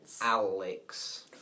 Alex